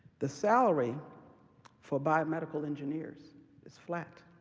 the salary for biomedical engineers is flat